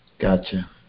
Gotcha